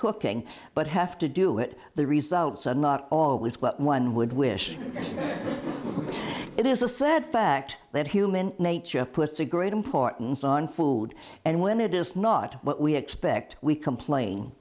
cooking but have to do it the results are not always what one would wish it is a sad fact that human nature puts a great importance on food and when it is not what we expect we complain